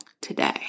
today